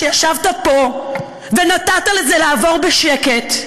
ישבת פה ונתת לזה לעבור בשקט,